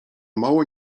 mało